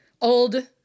old